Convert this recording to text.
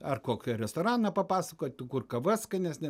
ar kokį restoraną papasakot kur kava skanesnė